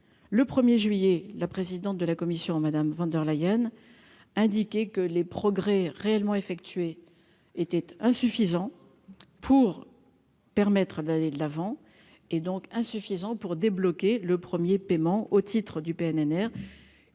le 1er juillet la présidente de la commission Madame von der Leyen, indiqué que les progrès réellement effectué était insuffisant pour permettre d'aller de l'avant et donc insuffisant pour débloquer le 1er paiement au titre du PNR